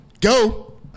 Go